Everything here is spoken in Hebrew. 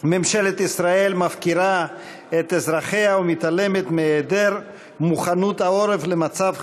ממשלת ישראל מפקירה את אזרחיה ומתעלמת מאי-מוכנות העורף למצב חירום,